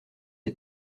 pas